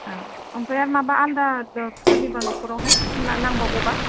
औ ओमफ्राय आर माबा आल्दा सोरनिबा नखरावहाय ना नांबावगौबा